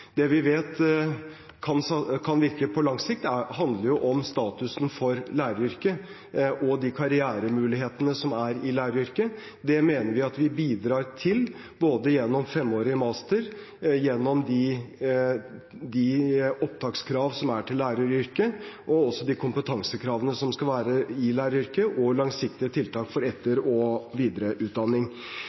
Det vi vet kan virke på lang sikt, handler om statusen for læreryrket og de karrieremulighetene som er i læreryrket. Det mener vi at vi bidrar til både gjennom femårig master, gjennom de opptakskravene som er til læreryrket, gjennom de kompetansekravene som skal være i læreryrket, og langsiktige tiltak for etter- og videreutdanning.